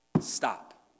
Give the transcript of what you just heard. stop